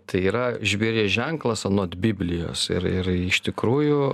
tai yra žvėries ženklas anot biblijos ir ir iš tikrųjų